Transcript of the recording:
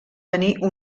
tenir